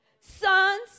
Sons